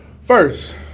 first